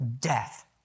death